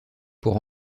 pour